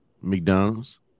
McDonald's